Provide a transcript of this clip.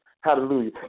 Hallelujah